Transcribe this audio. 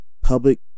public